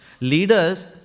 Leaders